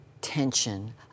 tension